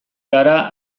gara